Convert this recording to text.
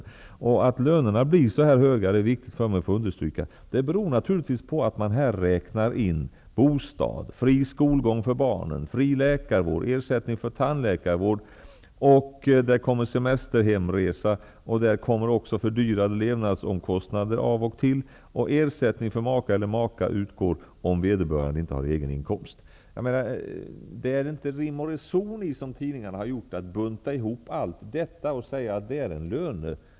Det är viktigt för mig att få understryka att det förhållandet att lönerna blir så höga beror på att man räknar in bostad, fri skolgång för barnen, fri läkarvård, ersättning för tandläkarkostnader, semesterhemresa, av och till fördyrade levnadsomkostnader och ersättning för make eller maka, som utgår om vederbörande inte har egen inkomst. Det är inte rim och reson i att, som tidningarna gör, bunta ihop allt detta och kalla det lön.